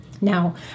Now